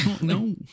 no